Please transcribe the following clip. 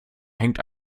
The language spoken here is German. hängt